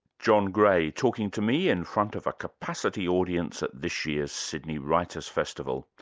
john gray, talking to me in front of a capacity audience at this year's sydney writers' festival.